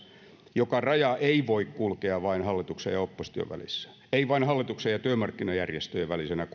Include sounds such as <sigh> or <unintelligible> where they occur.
joka raja ei voi kulkea vain hallituksen ja opposition välissä ei vain hallituksen ja työmarkkinajärjestöjen välisenä <unintelligible>